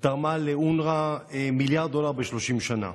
תרמה לאונר"א מיליארד דולר ב-30 שנה.